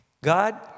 God